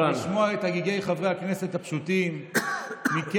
לשמוע את הגיגי חברי הכנסת הפשוטים מקרב